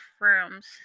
rooms